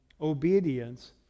Obedience